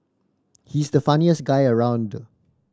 he's the funniest guy around